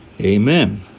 Amen